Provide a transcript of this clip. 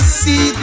see